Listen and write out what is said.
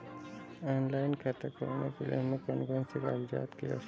Online खाता खोलने के लिए हमें कौन कौन से कागजात की आवश्यकता पड़ेगी?